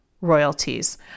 royalties